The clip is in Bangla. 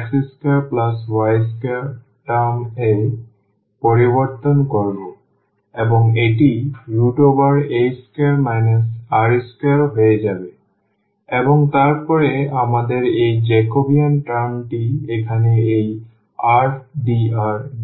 x2y2 টার্ম এ পরিবর্তন করব এবং এটিa2 r2 হয়ে যাবে এবং তারপরে আমাদের এই জ্যাকোবিয়ান টার্মটি এখানে এই rdrdθ সাথে হবে